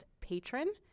patron